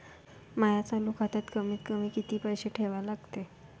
माया चालू खात्यात कमीत कमी किती पैसे ठेवा लागते?